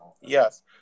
Yes